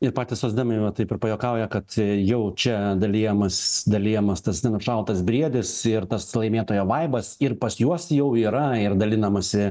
ir patys socdemai va taip ir pajuokauja kad jau čia dalijamas dalijamas tas nenušautas briedis ir tas laimėtojo vaibas ir pas juos jau yra ir dalinamasi